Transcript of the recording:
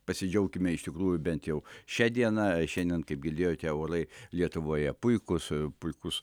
pasidžiaukime iš tikrųjų bent jau šia diena šiandien kaip girdėjote orai lietuvoje puikūs puikus